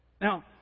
Now